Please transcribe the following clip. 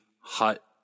hut